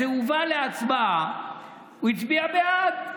כשזה הובא להצבעה הוא הצביע בעד,